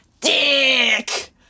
Dick